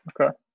Okay